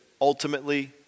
ultimately